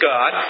God